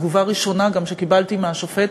התגובה הראשונה שקיבלתי מהשופט,